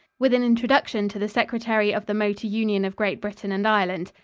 with an introduction to the secretary of the motor union of great britain and ireland.